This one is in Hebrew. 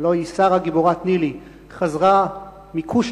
הלוא היא "שרה גיבורת ניל"י" חזרה מקושטא,